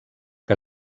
que